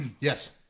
Yes